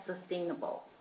sustainable